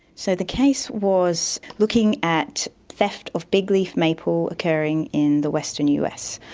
so the case was looking at theft of big-leaf maple occurring in the western us.